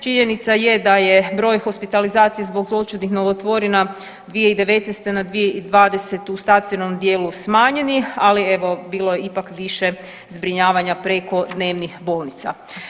Činjenica je da je broj hospitalizacija zbog zloćudnih novotvorina 2019. na 2020. u stacionarnom dijelu smanjeni ali evo bilo je ipak više zbrinjavanja preko dnevnih bolnica.